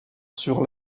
sur